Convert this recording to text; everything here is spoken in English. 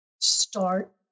Start